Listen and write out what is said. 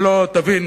הלוא תבין,